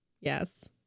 Yes